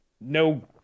no